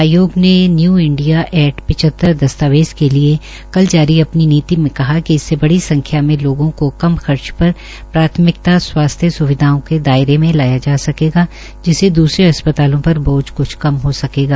आयोग ने new India पिचतर दस्तावेज़ के लिए कल जारी अपनी नीति में कहा कि इससे बड़ी संख्या में लोगों को कम खर्च पर प्राथमिकता स्वास्थ्य सुविधाओं के दायरे में लाया जा सकेगा जिससे द्रसरे अस्पतालों पर बोझ क्छ कम हो सकेगा